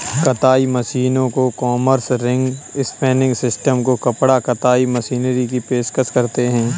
कताई मशीनों को कॉम्बर्स, रिंग स्पिनिंग सिस्टम को कपड़ा कताई मशीनरी की पेशकश करते हैं